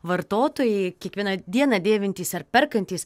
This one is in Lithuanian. vartotojai kiekvieną dieną dėvintys ar perkantys